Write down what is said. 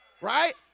Right